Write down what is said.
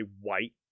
white